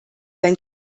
sein